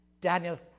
Daniel